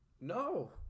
No